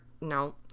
no –